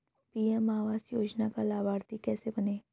PM आवास योजना का लाभर्ती कैसे बनें?